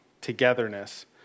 togetherness